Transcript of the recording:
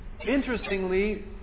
Interestingly